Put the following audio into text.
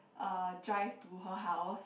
uh drive to her house